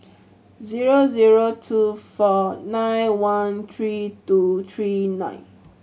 zero zero two four nine one three two three nine